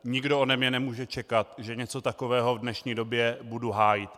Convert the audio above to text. Nikdo ode mne nemůže čekat, že něco takového v dnešní době budu hájit.